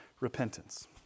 repentance